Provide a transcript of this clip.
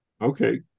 Okay